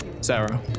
Sarah